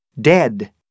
Dead